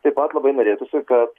taip pat labai norėtųsi kad